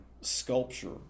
sculpture